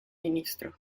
ministro